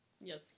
Yes